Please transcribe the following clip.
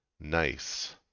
Nice